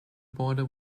border